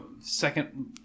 second